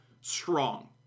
strong